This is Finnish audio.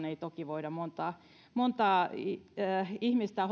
ei toki voida hoitaa kerrallaan montaa ihmistä